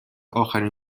اخرین